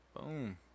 Boom